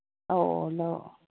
ꯑꯧ ꯑꯧ ꯂꯧꯋꯣ